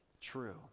true